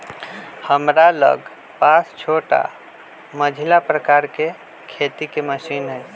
हमरा लग पास छोट आऽ मझिला प्रकार के खेती के मशीन हई